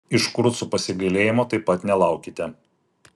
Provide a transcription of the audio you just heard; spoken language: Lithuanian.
iš kurucų pasigailėjimo taip pat nelaukite